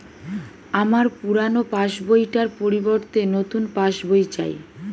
আমার পুরানো passbook টার পরিবর্তে নতুন পাশ বই চাই